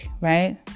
Right